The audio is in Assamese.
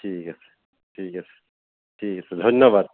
ঠিক আছে ঠিক আছে ঠিক আছে ধন্যবাদ